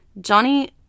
Johnny